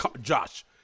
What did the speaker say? Josh